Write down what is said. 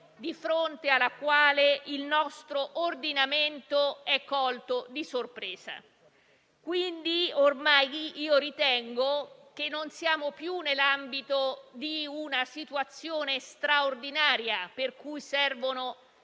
di fronte alla quale il nostro ordinamento è colto di sorpresa. Ritengo che ormai non siamo più nell'ambito di una situazione straordinaria, per cui servono